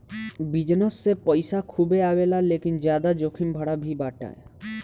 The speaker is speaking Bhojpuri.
विजनस से पईसा खूबे आवेला लेकिन ज्यादा जोखिम भरा भी बाटे